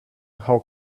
how